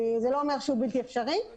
זה לא אומר שהוא בלתי אפשרי,